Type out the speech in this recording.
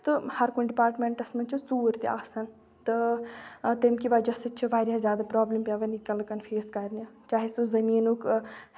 تہٕ ہرکُنہِ ڈِپارٹمینٹس منٛز چھِ ژوٗر تہِ آسان تہٕ تَمہِ کہِ وجہہ سۭتۍ چھِ واریاہ زیادٕ پرابلِم پیوان ییٚتہِ کین لُکن فیس کَرٕنۍ چاہے سُہ زٔمیٖنُک ہیوٚن